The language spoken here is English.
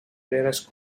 rarest